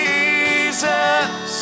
Jesus